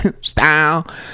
style